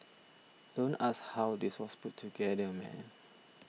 don't ask how this was put together man